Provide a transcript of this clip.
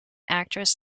actress